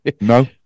No